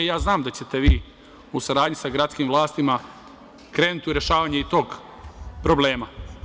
Ja znam da ćete vi, u saradnji sa gradskim vlastima, krenuti u rešavanje i tog problema.